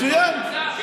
מצוין.